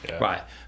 Right